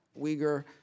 Uyghur